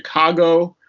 chicago,